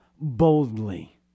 boldly